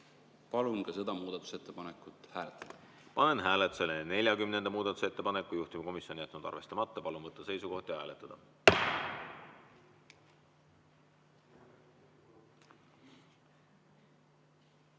Palun seda muudatusettepanekut hääletada. Panen hääletusele 44. muudatusettepaneku. Juhtivkomisjon on jätnud arvestamata. Palun võtta seisukoht ja hääletada!